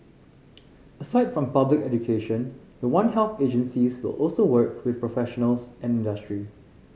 aside from public education the One Health agencies will also work with professionals and industry